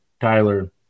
Tyler